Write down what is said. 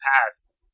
past